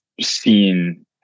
seen